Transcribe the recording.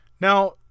now